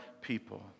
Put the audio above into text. people